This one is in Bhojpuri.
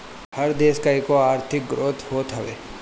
हर देस कअ एगो आर्थिक ग्रोथ होत हवे